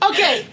Okay